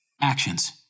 Actions